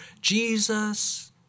Jesus